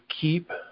keep